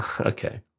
Okay